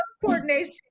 coordination